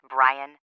Brian